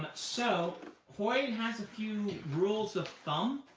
but so hoid has a few rules of thumb,